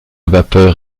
vapeur